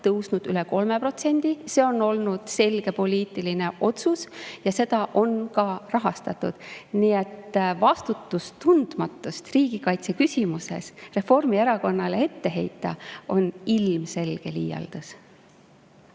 tõusnud üle 3%. See on olnud selge poliitiline otsus ja seda on ka rahastatud. Nii et vastutustundmatust riigikaitse küsimuses Reformierakonnale ette heita on ilmselge liialdus.